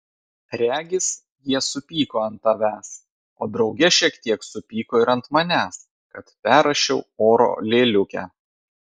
regis jie supyko ant tavęs o drauge šiek tiek supyko ir ant manęs kad perrašiau oro lėliukę